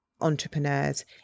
entrepreneurs